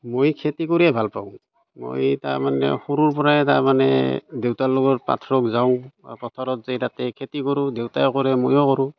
মই খেতি কৰিয়ে ভাল পাওঁ মই তাৰমানে সৰুৰ পৰাই তাৰমানে দেউতাৰ লগত পথাৰত যাওঁ পথাৰত যাই তাতে খেতি কৰোঁ দেউতায়ো কৰে ময়ো কৰোঁ